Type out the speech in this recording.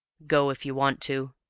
go, if you want to,